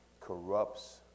corrupts